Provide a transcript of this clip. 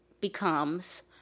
becomes